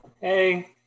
Hey